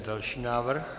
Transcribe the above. Další návrh.